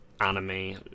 anime